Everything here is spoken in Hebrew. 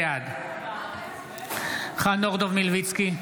בעד חנוך דב מלביצקי,